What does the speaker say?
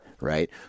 right